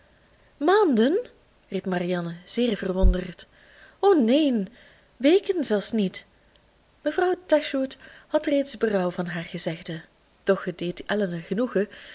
maanden riep marianne zeer verwonderd o neen weken zelfs niet mevrouw dashwood had reeds berouw van haar gezegde doch het deed elinor genoegen